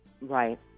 Right